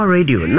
Radio